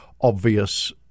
obvious